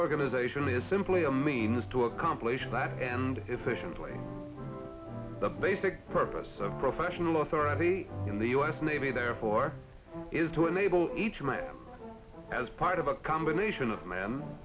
organization is simply a means to accomplish that and efficiently the basic purpose of professional authority in the us navy therefore is to enable each man as part of a combination of man